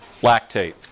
lactate